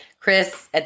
Chris